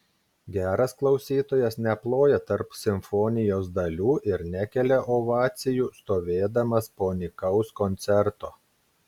geras klausytojas neploja tarp simfonijos dalių ir nekelia ovacijų stovėdamas po nykaus koncerto